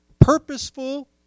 purposeful